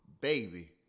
baby